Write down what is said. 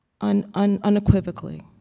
unequivocally